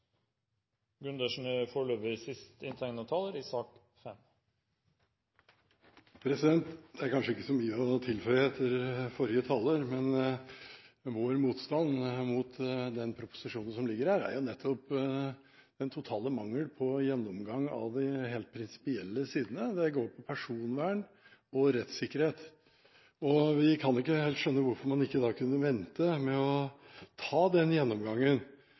men vår motstand mot den proposisjonen som ligger der, er jo nettopp den totale mangelen på gjennomgang av de helt prinsipielle sidene. Det går på personvern og rettssikkerhet. Vi kan ikke skjønne hvorfor man ikke da kunne vente med å ta den gjennomgangen